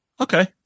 Okay